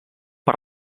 per